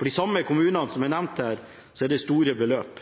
For de samme kommunene som jeg nevnte, er det store beløp